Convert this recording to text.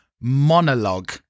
monologue